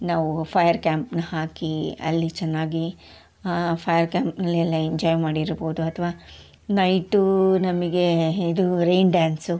ನಾವು ಫಯರ್ ಕ್ಯಾಂಪ್ನ ಹಾಕಿ ಅಲ್ಲಿ ಚೆನ್ನಾಗಿ ಫಯರ್ ಕ್ಯಾಂಪ್ನಲ್ಲೆಲ್ಲ ಎಂಜಾಯ್ ಮಾಡಿರ್ಬೋದು ಅಥವಾ ನೈಟು ನಮಗೆ ಇದು ರೈನ್ ಡಾನ್ಸು